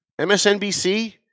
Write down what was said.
MSNBC